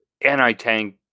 anti-tank